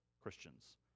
Christians